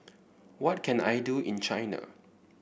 what can I do in China